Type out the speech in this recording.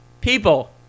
people